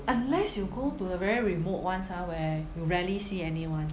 unless you go to a very remote ones ah where you rarely see anyone